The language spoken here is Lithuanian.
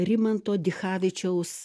rimanto dichavičiaus